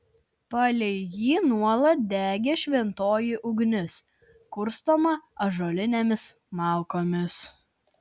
palei jį nuolat degė šventoji ugnis kurstoma ąžuolinėmis malkomis